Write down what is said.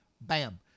Bam